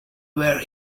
where